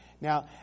Now